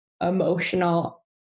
emotional